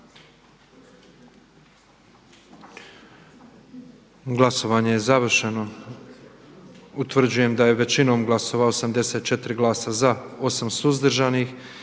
Glasovanje je završeno. Utvrđujem da smo većinom glasova 90 za, 12 suzdržanih